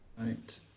Right